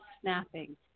snapping